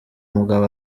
mugabo